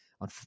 on